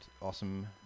awesome